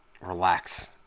relax